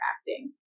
acting